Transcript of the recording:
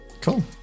cool